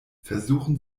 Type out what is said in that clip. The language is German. versuchen